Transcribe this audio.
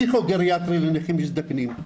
טיפול פסיכוגריאטרי לנכים מזדקנים.